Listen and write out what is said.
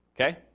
okay